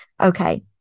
Okay